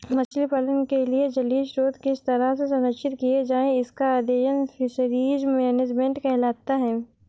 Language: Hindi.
मछली पालन के लिए जलीय स्रोत किस तरह से संरक्षित किए जाएं इसका अध्ययन फिशरीज मैनेजमेंट कहलाता है